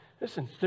listen